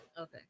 Okay